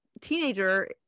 teenager